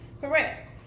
Correct